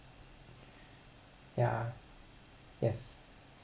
ya yes